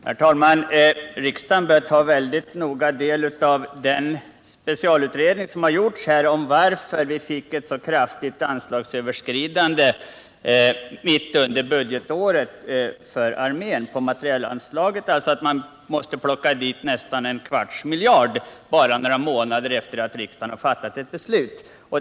Herr talman! Riksdagen bör mycket noga ta del av den specialutredning som gjorts om varför det blev ett så kraftigt överskridande av materielanslaget för armén mitt under budgetåret att man måste plocka dit nästan en kvarts miljard bara några månader efter det att riksdagen fattat fjolårets försvarsbeslut.